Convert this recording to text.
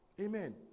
Amen